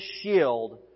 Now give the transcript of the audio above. shield